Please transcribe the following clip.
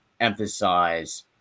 emphasize